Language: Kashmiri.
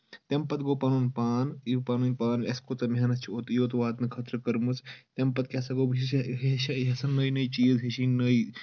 تمہِ پَتہٕ گوٚو پَنُن پان یہِ پَنٕنۍ پان اَسہِ کوٗتاہ محنت چھِ یوٚت واتنہٕ خٲطرٕ کٔرمٕژ تَمہِ پَتہٕ کیاہ ہَسا گوٚو یہِ چھَس یژھان نٔے نٔے چیٖز ہیٚچھِنۍ نٔے